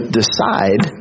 decide